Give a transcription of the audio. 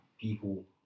people